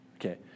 Okay